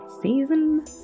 Season